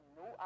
no